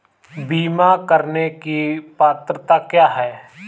बीमा करने की पात्रता क्या है?